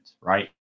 right